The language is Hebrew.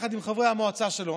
יחד עם חברי המועצה שלו.